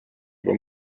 juba